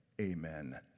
Amen